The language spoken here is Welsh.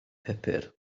pupur